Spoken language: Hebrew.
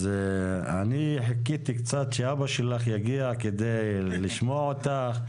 אני חיכיתי קצת שאבא שלך יגיע כדי לשמוע אותך.